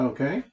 Okay